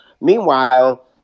meanwhile